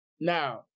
Now